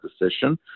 decision